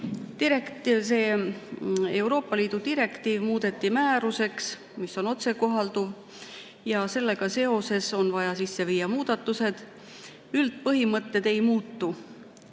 Euroopa Liidu direktiiv muudeti määruseks, mis on otsekohalduv, ja sellega seoses on vaja sisse viia muudatused. Üldpõhimõtted ei muutu.